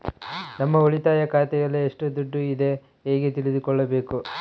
ನಮ್ಮ ಉಳಿತಾಯ ಖಾತೆಯಲ್ಲಿ ಎಷ್ಟು ದುಡ್ಡು ಇದೆ ಹೇಗೆ ತಿಳಿದುಕೊಳ್ಳಬೇಕು?